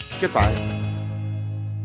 Goodbye